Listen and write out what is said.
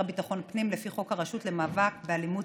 הביטחון פנים לפי חוק הרשות למאבק באלימות,